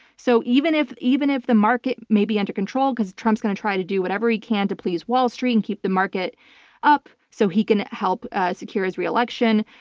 so even if even if the market may be under control because trump's going to try to do whatever he can to please wall street and keep the market up so he can help secure his re-election,